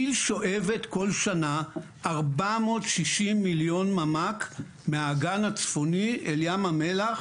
כי"ל שואבת כל שנה 460 מיליון ממ"ק מהאגן הצפוני של ים המלח